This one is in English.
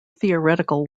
theoretical